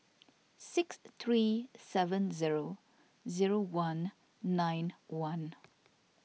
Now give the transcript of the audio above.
six three seven zero zero one nine one